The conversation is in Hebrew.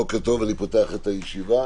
פותח את הישיבה.